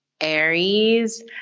Aries